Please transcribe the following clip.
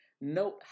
Note